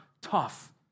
tough